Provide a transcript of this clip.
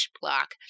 block